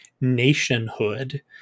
nationhood